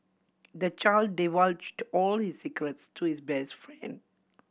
the child divulged all his secrets to his best friend